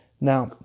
Now